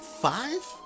five